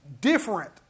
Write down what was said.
different